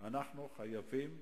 אנחנו חייבים לפעול,